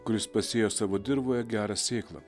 kuris pasėjo savo dirvoje gerą sėklą